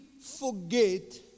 forget